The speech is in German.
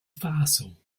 faso